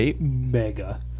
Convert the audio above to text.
mega